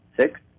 six